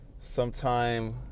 sometime